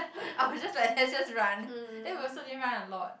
I was just like there just run then we also didn't run a lot